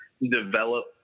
develop